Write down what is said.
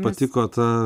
patiko ta